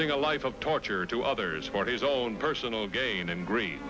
sing a life of torture to others for his own personal gain and gree